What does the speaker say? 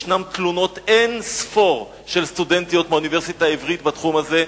ישנן תלונות אין-ספור של סטודנטיות מהאוניברסיטה העברית בתחום הזה,